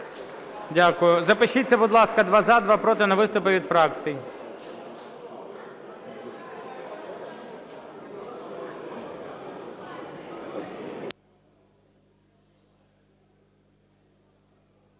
Дякую. Запишіться, будь ласка, два – за, два – проти, на виступи від фракцій.